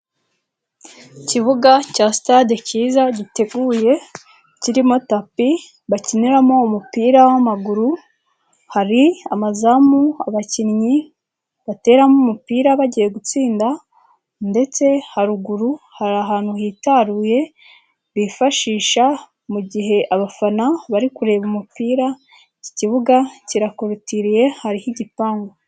Ikibuga cya sitade cyiza giteguye, kirimo tapi bakiniramo umupira w'amaguru, hari amazamu abakinnyi bateramo umupira bagiye gutsinda, ndetse haruguru hari ahantu hitaruye, bifashisha mu mugihe abafana bari kureba umupira, iki kibuga kirakorotiriye, hariho igipangu.